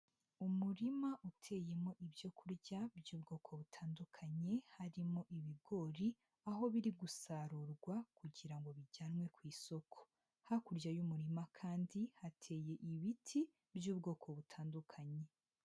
Umurima uteyemo ibyo kurya by'ubwoko butandukanye, harimo ibigori, aho biri gusarurwa kugira ngo bijyanwe ku isoko, hakurya y'umurima kandi hateye ibiti by'ubwoko butandukanye.